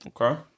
Okay